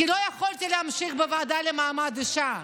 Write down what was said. כי לא יכולתי להמשיך בוועדה למעמד האישה.